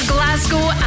Glasgow